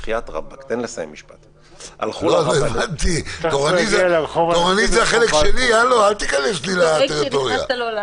לא הבנתי, תסביר לי מה אתה אומר, אני רוצה להבין.